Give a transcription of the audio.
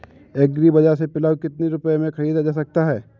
Agree बाजार से पिलाऊ कितनी रुपये में ख़रीदा जा सकता है?